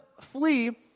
flee